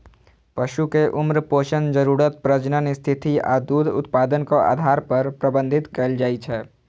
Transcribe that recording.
पशु कें उम्र, पोषण जरूरत, प्रजनन स्थिति आ दूध उत्पादनक आधार पर प्रबंधित कैल जाइ छै